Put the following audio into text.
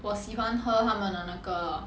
我喜欢喝他们的那个